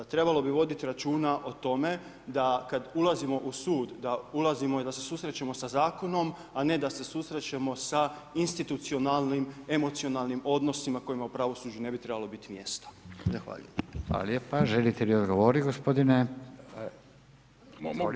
Trebalo bi voditi računa o tome da kad ulazimo u sud da ulazimo i da se susrećemo sa zakonom a ne da se susrećemo institucionalnim, emocionalnim odnosima kojima u pravosuđu ne bi trebalo biti mjesto.